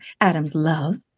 Adams-Love